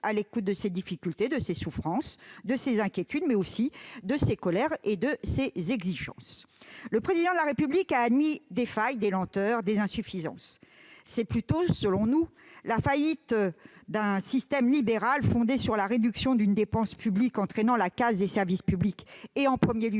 à l'écoute de ses difficultés, de ses souffrances, de ses inquiétudes, de ses colères et de ses exigences. Le Président de la République a admis des failles, des lenteurs, des insuffisances. C'est plutôt, selon nous, la faillite d'un système libéral fondé sur la réduction d'une dépense publique entraînant la casse des services publics, en premier lieu